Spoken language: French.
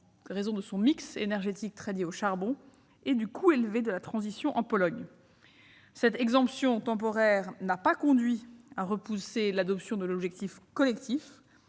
sein de son mix énergétique et du coût élevé de la transition pour la Pologne. Cette exemption temporaire n'a pas conduit à repousser l'adoption de l'objectif collectif